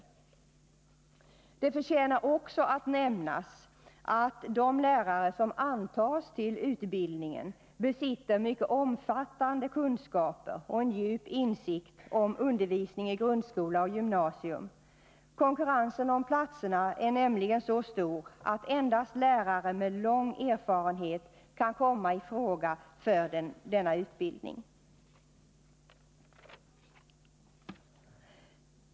Vidare förtjänar det att nämnas att de lärare som antas till utbildningen besitter mycket omfattande kunskaper och en djup insikt i undervisning inom grundskola och gymnasium. Konkurrensen om platserna är nämligen så stor att endast lärare med lång erfarenhet kan komma i fråga för denna utbildning.